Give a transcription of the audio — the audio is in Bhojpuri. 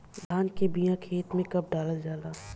धान के बिया खेत में कब डालल जाला?